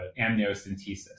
amniocentesis